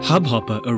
Hubhopper